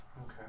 Okay